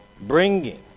bringing